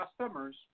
customers